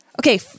Okay